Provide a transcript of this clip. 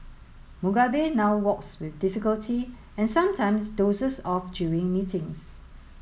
Mugabe now walks with difficulty and sometimes dozes off during meetings